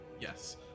Yes